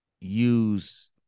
use